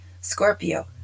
Scorpio